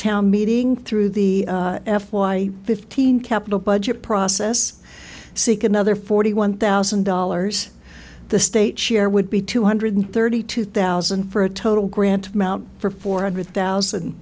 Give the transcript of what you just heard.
town meeting through the f y fifteen capital budget process seek another forty one thousand dollars the state share would be two hundred thirty two thousand for a total grant amount for four hundred thousand